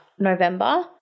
november